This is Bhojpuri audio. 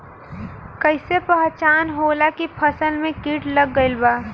कैसे पहचान होला की फसल में कीट लग गईल बा?